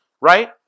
Right